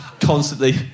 constantly